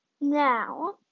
now